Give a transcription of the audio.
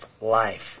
life